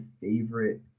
favorite